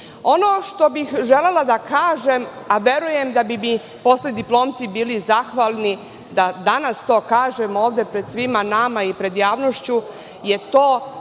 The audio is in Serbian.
što bih želela da kažem, a verujem da bi mi poslediplomci bili zahvalni da danas to kažem ovde pred svima nama i pred javnošću je to